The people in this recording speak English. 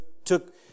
took